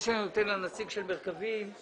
לנציג מרכבים.